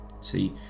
See